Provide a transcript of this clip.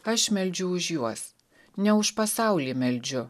aš meldžiu už juos ne už pasaulį meldžiu